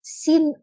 sin